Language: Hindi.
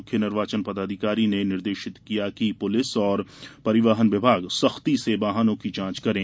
मुख्य निर्वाचन पदाधिकारी ने निर्देशित किया कि पुलिस एवं परिवहन विभाग सख्ती से वाहनों की जाँच करें